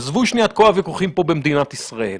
עזבו שנייה את כל הוויכוחים פה במדינת ישראל.